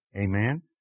Amen